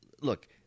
look